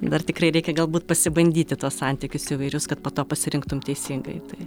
dar tikrai reikia galbūt pasibandyti tuos santykius įvairius kad po to pasirinktum teisingai tai